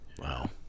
Wow